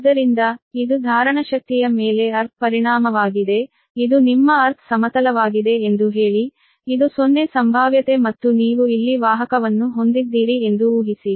ಆದ್ದರಿಂದ ಇದು ಧಾರಣಶಕ್ತಿಯ ಮೇಲೆ ಅರ್ಥ್ ಪರಿಣಾಮವಾಗಿದೆ ಇದು ನಿಮ್ಮ ಅರ್ಥ್ ನ ಸಮತಲವಾಗಿದೆ ಎಂದು ಹೇಳಿ ಇದು 0 ಸಂಭಾವ್ಯತೆ ಮತ್ತು ನೀವು ಇಲ್ಲಿ ವಾಹಕವನ್ನು ಹೊಂದಿದ್ದೀರಿ ಎಂದು ಊಹಿಸಿ